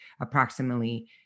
approximately